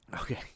Okay